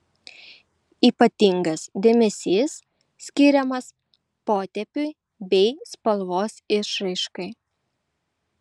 ypatingas dėmesys skiriamas potėpiui bei spalvos išraiškai